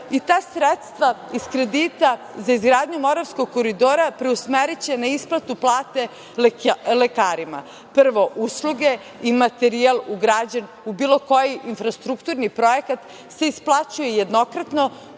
i ta sredstva iz kredita za izgradnju Moravskog koridora preusmeriće na isplatu plate lekarima. Prvo, usluge i materijal ugrađen u bilo koji infrastrukturni projekat se isplaćuje jednokratno,